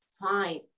fine